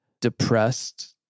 depressed